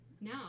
No